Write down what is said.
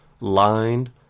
lined